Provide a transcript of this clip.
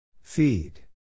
Feed